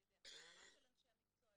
על ידי הכשרה של אנשי המקצוע,